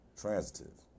Transitive